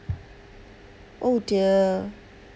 oh dear